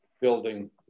building